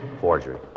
Forgery